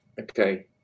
Okay